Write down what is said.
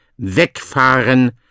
wegfahren